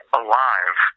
alive